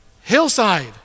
hillside